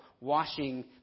washing